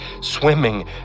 swimming